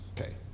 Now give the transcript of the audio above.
Okay